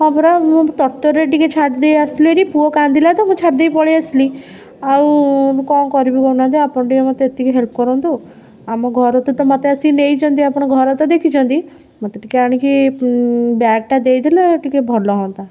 ହଁ ପରା ମୁଁ ତରତରରେ ଟିକେ ଛାଡ଼ି ଦେଇ ଆସିଲି ହେରି ପୁଅ କାନ୍ଦିଲା ତ ମୁଁ ଛାଡ଼ିଦେଇ ପଳେଇ ଆସିଲି ଆଉ କ'ଣ କରିବି କହୁ ନାହାଁନ୍ତି ଆପଣ ଟିକେ ମୋତେ ଏତିକି ହେଲ୍ପ କରନ୍ତୁ ଆମ ଘର ତ ମୋତେ ଆସିକି ନେଇଛନ୍ତି ଆପଣ ଘର ତ ଦେଖିଛନ୍ତି ମୋତେ ଟିକେ ଆଣିକି ବ୍ୟାଗଟା ଦେଇଦେଲେ ଟିକେ ଭଲ ହୁଅନ୍ତା